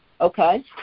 Okay